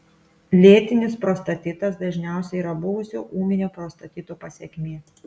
lėtinis prostatitas dažniausiai yra buvusio ūminio prostatito pasekmė